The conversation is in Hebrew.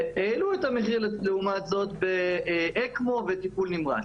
והעלו את המחיר לעומת זאת באקמו ובטיפול נמרץ.